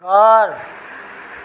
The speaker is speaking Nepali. घर